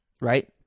Right